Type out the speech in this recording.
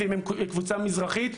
ואם הם קבוצה מזרחית,